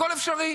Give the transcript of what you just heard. הכול אפשרי.